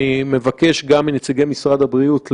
אני מבקש גם מנציגי משרד הבריאות להיערך,